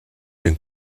denn